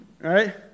right